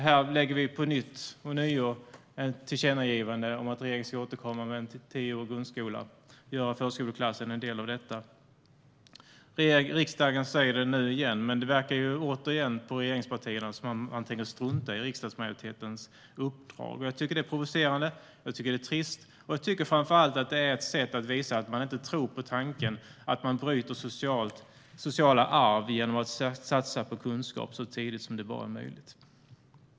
Här lägger vi ånyo ett tillkännagivande om att regeringen ska återkomma med en tioårig grundskola och göra förskoleklassen som en del av detta. Riksdagen säger det nu igen. Men på regeringspartierna verkar det återigen som om de tänker strunta i riksdagsmajoritetens uppdrag. Det tycker jag är provocerande och trist, och jag tycker framför allt att det är ett sätt att visa att man inte tror på tanken att man bryter sociala arv genom att satsa på kunskap så tidigt som det bara är möjligt.